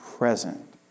Present